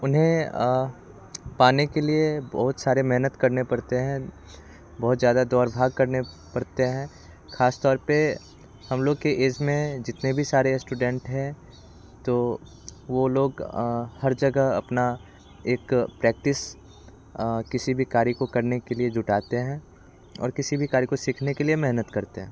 उन्हें पाने के लिए बहुत सारे मेहनत करने पड़ते हैं बहुत ज़्यादा दौड़ भाग करने पड़ते हैं खासतौर पे हम लोग के इसमें जितने भी सारे स्टूडेंट है तो वो लोग हर जगह अपना एक प्रेक्टिस किसी भी कार्य को करने के लिए जुटाते हैं और किसी भी कार्य को सीखने के लिए मेहनत करते हैं